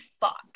fuck